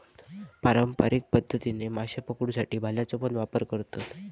पारंपारिक पध्दतीन माशे पकडुसाठी भाल्याचो पण वापर करतत